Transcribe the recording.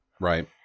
Right